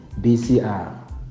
BCR